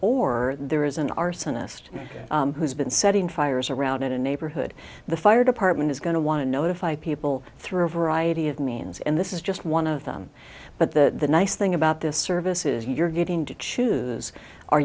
or there is an arsonist who's been setting fires around in a neighborhood the fire department is going to want to notify people through a variety of means and this is just one of them but the nice thing about this service is you're getting to choose are